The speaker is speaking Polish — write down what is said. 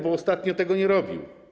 Bo ostatnio tego nie robił?